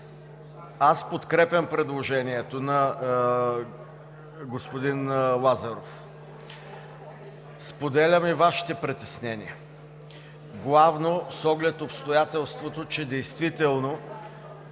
Аз подкрепям предложението на господин Лазаров. Споделям и Вашите притеснения главно с оглед обстоятелството, че действително,